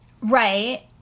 Right